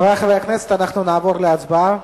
חברי חברי הכנסת, אנחנו נעבור להצבעה.